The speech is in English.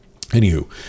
Anywho